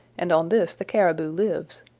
and on this the caribou lives.